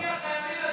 בלי החיילים,